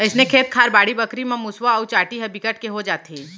अइसने खेत खार, बाड़ी बखरी म मुसवा अउ चाटी बिकट के हो जाथे